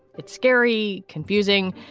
it's scary, confusing,